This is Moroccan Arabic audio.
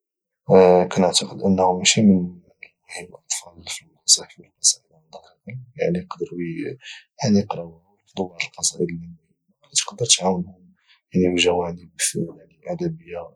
كنعتقد انه ماشي من المهم الاطفال في المدرسة يحفضو القصائد عن ظهر قلب يعني يقراوها ويحفضو بعض القصائد اللي مهمة اللي تقدر تعاونهم يعني في جوانب ادبية معينة